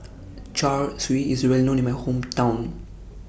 Char Siu IS Well known in My Hometown